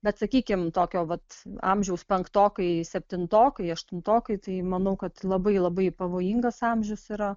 bet sakykim tokio vat amžiaus penktokai septintokai aštuntokai tai manau kad labai labai pavojingas amžius yra